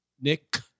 Nick